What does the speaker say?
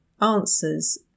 answers